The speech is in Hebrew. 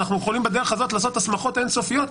אנחנו יכולים בדרך הזאת לעשות הסמכות אין-סופיות.